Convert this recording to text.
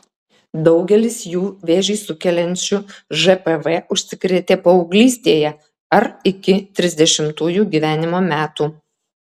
daugelis jų vėžį sukeliančiu žpv užsikrėtė paauglystėje ar iki trisdešimtųjų gyvenimo metų